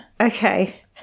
okay